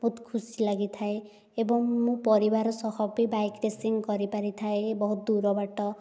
ବହୁତ ଖୁସି ଲାଗିଥାଏ ଏବଂ ମୁଁ ପରିବାର ସହ ବି ବାଇକ୍ ରେସିଂ କରିପାରିଥାଏ ବହୁତ ଦୂର ବାଟ